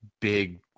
big